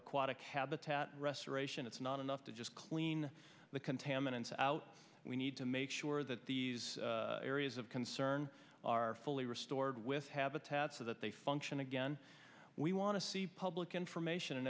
habitat restoration it's not enough to just clean the contaminants out we need to make sure that these areas of concern are fully restored with habitat so that they function again we want to see public information and